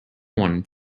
one